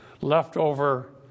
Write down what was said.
leftover